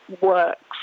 works